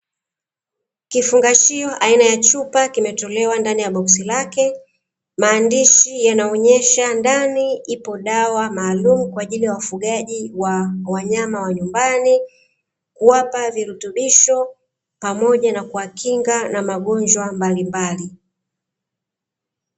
Kifungashio aina ya chupa kimetolewa ndani ya boksi lake, maandishi yanaonyesha ndani ipo dawa maalumu kwa ajili ya wafugaji wa wanyama wa nyumbani, kuwapa virutubisho pamoja na kuwakinga na magonjwa mbalimbali.